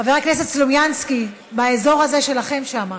חבר הכנסת סלומינסקי, באזור הזה שלכם שם.